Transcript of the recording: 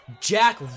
Jack